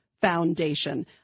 Foundation